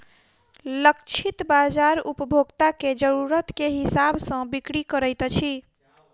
लक्षित बाजार उपभोक्ता के जरुरत के हिसाब सॅ बिक्री करैत अछि